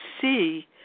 see